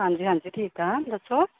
ਹਾਂਜੀ ਹਾਂਜੀ ਠੀਕ ਹਾਂ ਦੱਸੋ